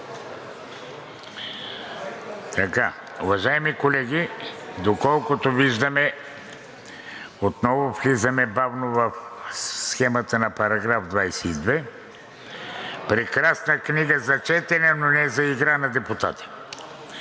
Уважаеми колеги, доколкото виждам, отново влизаме бавно в схемата на параграф 22 – прекрасна книга за четене, но не за игра на депутати,